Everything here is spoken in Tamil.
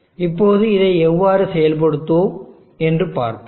இப்போது இதை எவ்வாறு செயல்படுத்துவோம் என்று பார்ப்போம்